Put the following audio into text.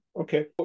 Okay